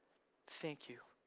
thank you.